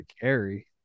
carry